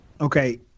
okay